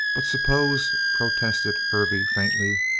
but suppose protested hervey faintly.